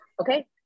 okay